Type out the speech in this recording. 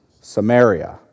Samaria